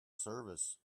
service